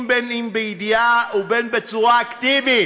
בין בידיעה ובין בצורה אקטיבית.